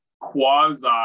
quasi